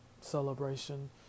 celebration